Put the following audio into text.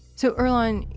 so, earlonne,